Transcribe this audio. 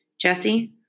Jesse